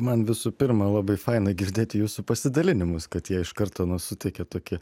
man visų pirma labai faina girdėti jūsų pasidalinimus kad jie iš karto nu suteikia tokią